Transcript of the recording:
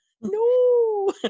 No